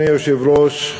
אדוני היושב-ראש,